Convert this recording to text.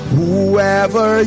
Whoever